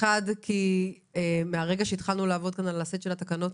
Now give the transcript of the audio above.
כי מרגע שהתחלנו לעבוד כאן על הסט של התקנות,